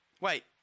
Wait